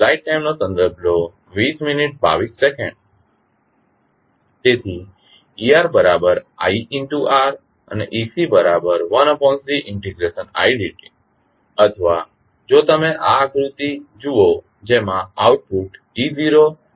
તેથી eRIR અને eCt1Cidt અથવા જો તમે આ આકૃતિ જુઓ જેમાં આઉટપુટ e0t1CidteC છે